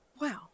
Wow